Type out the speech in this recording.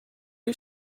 you